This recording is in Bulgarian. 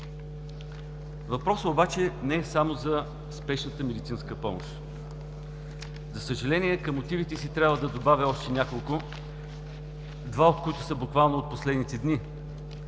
Въпросът не е само за спешната медицинска помощ. За съжаление към мотивите си трябва да добавя още няколко, два от които са буквално от последните дни.